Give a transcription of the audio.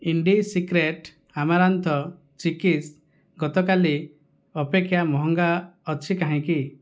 Indisecret amaranth chikkis ଗତକାଲି ଅପେକ୍ଷା ମହଙ୍ଗା ଅଛି କାହିଁକି